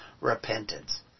repentance